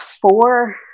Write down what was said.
four